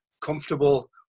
comfortable